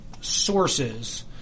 sources